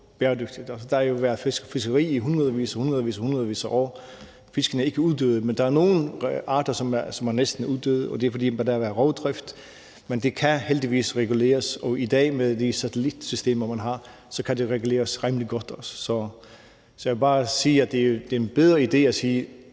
Der har jo været fiskeri i hundredvis og atter hundredvis af år. Fiskene er ikke uddøde, men der er nogle arter, som er næsten uddøde, og det er, fordi der er blevet drevet rovdrift på dem. Men det kan heldigvis reguleres, og med de satellitsystemer, vi har i dag, kan det også reguleres rimelig godt. Så jeg vil bare sige, at det er en bedre idé at sige,